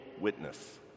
witness